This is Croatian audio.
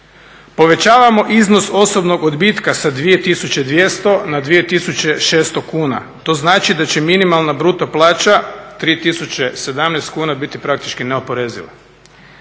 Povećavamo iznos osobnog odbitka sa 2200 na 2600 kuna, to znači da će minimalna bruto plaća 3017 kuna biti praktički neoporeziva.